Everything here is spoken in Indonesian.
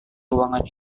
ruangan